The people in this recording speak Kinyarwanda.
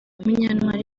munyantwari